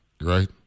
right